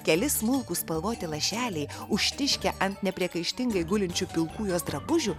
keli smulkūs spalvoti lašeliai užtiškę ant nepriekaištingai gulinčių pilkų jos drabužių